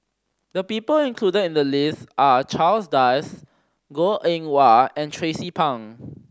the people included in the list are Charles Dyce Goh Eng Wah and Tracie Pang